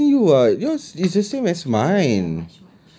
I keep asking you [what] yours is the same as mine